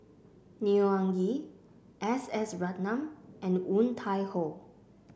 Neo Anngee S S Ratnam and Woon Tai Ho